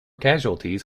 casualties